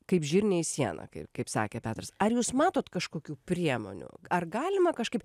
kaip žirniai į sieną kaip kaip sakė petras ar jūs matot kažkokių priemonių ar galima kažkaip